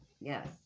Yes